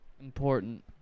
important